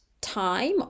time